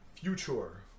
future